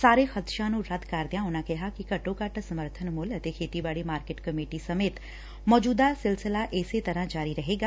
ਸਾਰੇ ਖਦਸ਼ਿਆਂ ਨੂੰ ਰੱਦ ਕਰਦਿਆਂ ਉਨੂਾ ਕਿਹਾ ਕਿ ਘੱਟੋ ਘੱਟ ਸਮਰਥਨ ਮੁੱਲ ਅਤੇ ਖੇਤੀਬਾੜੀ ਮਾਰਕਿਟ ਕਮੇਟੀ ਸਮੇਤ ਮੌਜੁਦਾ ਸਿਲਸਿਲਾ ਇਸੇ ਤਰਾਂ ਜਾਰੀ ਰਹੇਗਾ